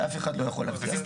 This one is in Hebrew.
זה אף אחד לא יכול להבטיח,